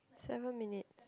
seven minutes